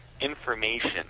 information